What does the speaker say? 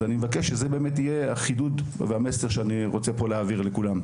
אז אני מבקש שזה באמת יהיה החידוד והמסר שאני רוצה פה להעביר לכולם.